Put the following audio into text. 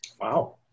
Wow